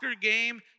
game